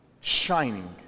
shining